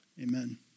Amen